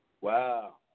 Wow